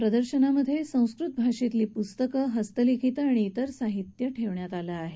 या प्रदर्शनात संस्कृत भाषेतली पुस्तकं हस्तलिखितं आणि इतर साहित्य ठेवण्यात आलं आहे